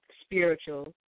spiritual